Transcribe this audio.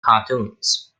cartoons